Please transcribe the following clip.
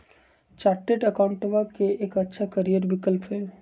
chartered अकाउंटेंटवा के एक अच्छा करियर विकल्प हई